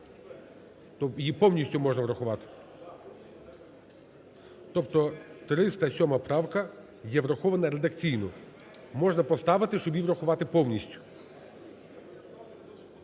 Її повністю можна врахувати? Тобто 307 правка є врахована редакційно, можна поставити, щоб її врахувати повністю.